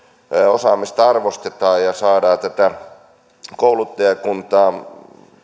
osaamista arvostetaan ja saadaan tätä kouluttajakuntaa